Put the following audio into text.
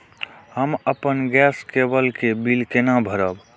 हम अपन गैस केवल के बिल केना भरब?